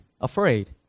afraid